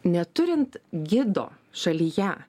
neturint gido šalyje